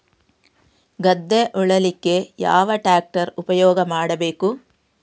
ಗದ್ದೆ ಉಳಲಿಕ್ಕೆ ಯಾವ ಟ್ರ್ಯಾಕ್ಟರ್ ಉಪಯೋಗ ಮಾಡಬೇಕು?